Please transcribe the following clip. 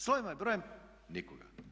Slovima i brojem, nikoga.